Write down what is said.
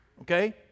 Okay